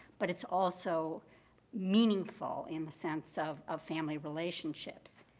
but it's also meaningful in the sense of of family relationships.